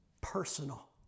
personal